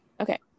Okay